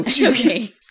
Okay